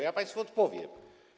Ja państwu odpowiem.